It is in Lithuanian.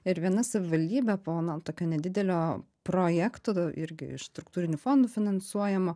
ir viena savivaldybė po natokio nedidelio projekto irgi iš struktūrinių fondų finansuojamo